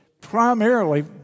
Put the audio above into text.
primarily